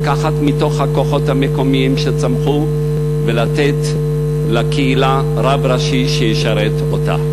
לקחת מתוך הכוחות המקומיים שצמחו ולתת לקהילה רב ראשי שישרת אותה.